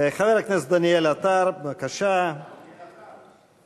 חבר הכנסת דניאל עטר, בבקשה, ואחריו,